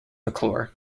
mcclure